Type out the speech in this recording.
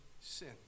sin